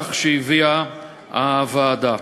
בנוסח שהביאה הוועדה.